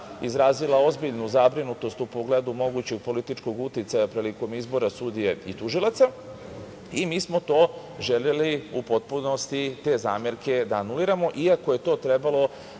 izrazila ozbiljnu zabrinutost u pogledu mogućeg političkog uticaja prilikom izbora sudije i tužilaca i mi smo to želeli u potpunosti, te zamerke da anuliramo, iako su to trebali